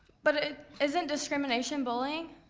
but isn't discrimination bullying?